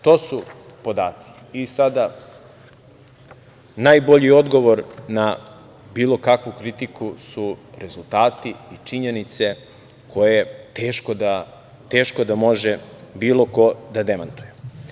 To su podaci i sada najbolji odgovor na bilo kakvu kritiku su rezultati i činjenice koje teško da može bilo ko da demantuje.